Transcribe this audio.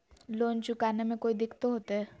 Loan चुकाने में कोई दिक्कतों होते?